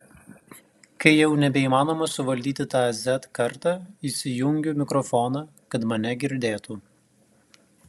kai jau nebeįmanoma suvaldyti tą z kartą įsijungiu mikrofoną kad mane girdėtų